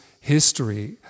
history